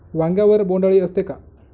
वांग्यावर बोंडअळी असते का?